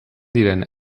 diren